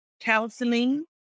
counseling